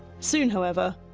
soon, however,